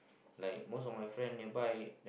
like most of my friends nearby